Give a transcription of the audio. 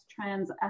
trends